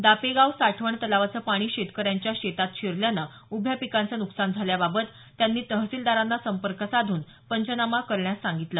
दापेगाव साठवण तलावाचं पाणी शेतकऱ्यांच्या शेतात शिरल्यानं उभ्या पिकांचं नुकसान झाल्याबाबत त्यांनी तहसीलदारांना संपर्क साधून पंचनामा करण्यास सांगितलं